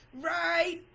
right